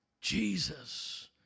Jesus